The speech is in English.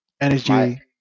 Energy